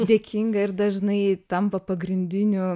dėkinga ir dažnai tampa pagrindiniu